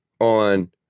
on